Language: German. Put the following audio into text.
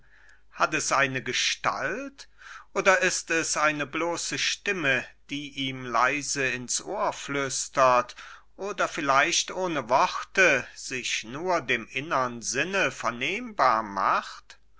hat es eine gestalt oder ist es eine bloße stimme die ihm leise ins ohr flüstert oder vielleicht ohne worte sich nur dem innern sinne vernehmbar macht